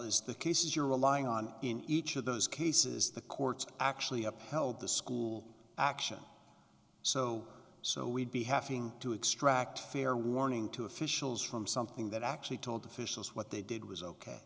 is the cases you're relying on in each of those cases the courts actually upheld the school action so so we'd be having to extract a fair warning to officials from something that actually told officials what they did was ok